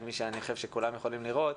כפי שאני חושב שכולם יכולים לראות,